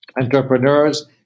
entrepreneurs